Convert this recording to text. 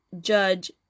Judge